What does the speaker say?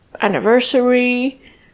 anniversary